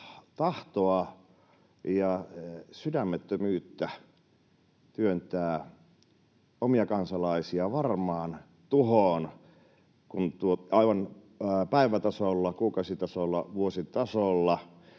tahtoa ja sydämettömyyttä työntää omia kansalaisia varmaan tuhoon aivan päivätasolla, kuukausitasolla, vuositasolla.